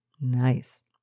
Nice